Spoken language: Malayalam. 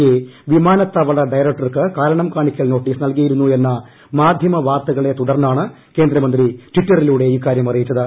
എ വിമാനത്താവള ഡയറക്ടർക്ക് കാരണം കാണിക്കൽ നോട്ടീസ് നൽകിയിരുന്നു എന്ന മാധ്യമ വാർത്തകളെ തുടർന്നാണ് കേന്ദ്രമന്ത്രി ട്വിറ്ററിലൂടെ ഇക്കാര്യം അറിയിച്ചത്